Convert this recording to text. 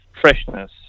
freshness